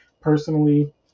personally